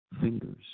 fingers